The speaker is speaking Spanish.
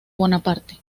bonaparte